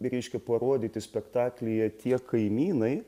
reiškia parodyti spektaklyje tie kaimynai